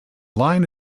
line